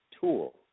tool